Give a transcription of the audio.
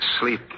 sleep